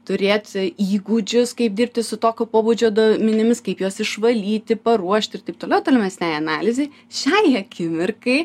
turėti įgūdžius kaip dirbti su tokio pobūdžio duomenimis kaip juos išvalyti paruošti ir taip toliau tolimesnei analizei šiai akimirkai